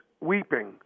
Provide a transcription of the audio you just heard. weeping